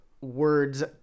words